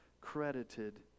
credited